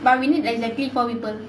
but we need exactly four people